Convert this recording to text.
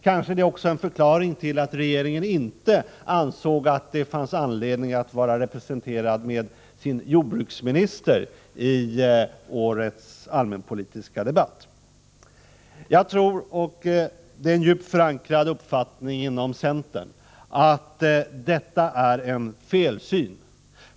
Kanske är det också en förklaring till att regeringen inte ansåg att det fanns anledning att vara representerad med sin jordbruksminister i årets allmänpolitiska debatt. Jag tror — och det är en djupt förankrad uppfattning inom centern — att detta är en felsyn.